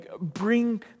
Bring